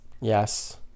yes